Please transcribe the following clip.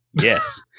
Yes